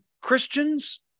christians